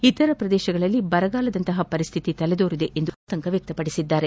ಇತರ ಪ್ರದೇಶಗಳಲ್ಲಿ ಬರಗಾಲದಂತಹ ಪರಿಸ್ಥಿತಿ ತಲೆದೊರಿದೆ ಎಂದು ಅವರು ಆತಂಕ ವ್ಚಕ್ತಪಡಿಸಿದ್ದಾರೆ